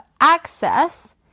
access